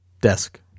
desk